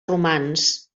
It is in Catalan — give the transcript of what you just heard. romans